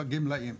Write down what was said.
לגמלאים.